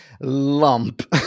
lump